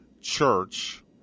church